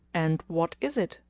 and what is it?